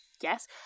yes